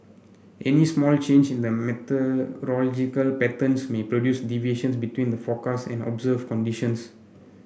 any small change in the meteorological patterns may produce deviations between the forecast and observe conditions